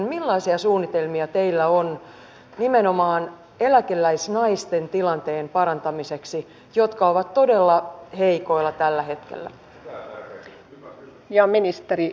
millaisia suunnitelmia teillä on nimenomaan eläkeläisnaisten jotka ovat todella heikoilla tällä hetkellä tilanteen parantamiseksi